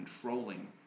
controlling